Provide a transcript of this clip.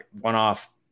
one-off